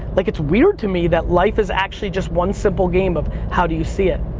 like, it's weird to me that life is actually just one simple game of, how do you see it,